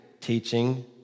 teaching